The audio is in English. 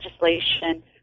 legislation